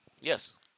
Yes